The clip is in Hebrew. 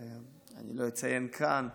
אני לא אציין אותו כאן.